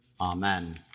amen